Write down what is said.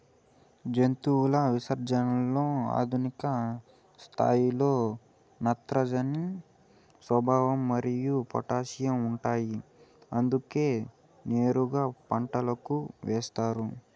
జంతువుల విసర్జనలలో అధిక స్థాయిలో నత్రజని, భాస్వరం మరియు పొటాషియం ఉంటాయి అందుకే నేరుగా పంటలకు ఏస్తారు